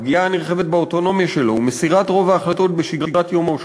הפגיעה הנרחבת באוטונומיה שלו ומסירת רוב ההחלטות בשגרת יומו,